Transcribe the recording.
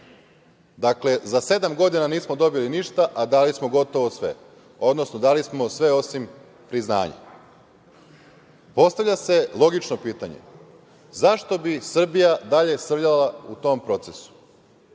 za sedam godina nismo dobili ništa, a dali smo gotovo sve, odnosno dali smo sve osim priznanja. Postavlja se logično pitanje – zašto bi Srbija dalje srljala u tom procesu?